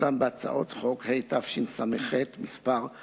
פורסם בהצעות חוק התשס"ח, מס' 403,